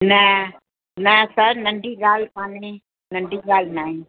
न न सर नंढी ॻाल्हि कान्हे नंढी ॻाल्हि नाहे